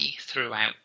throughout